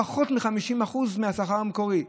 פחות מ-50% מהשכר המקורי.